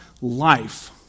life